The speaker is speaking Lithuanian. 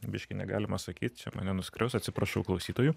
biškį negalima sakyt čia mane nuskriaus atsiprašau klausytojų